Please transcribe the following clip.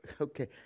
Okay